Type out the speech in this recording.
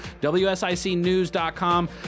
WSICnews.com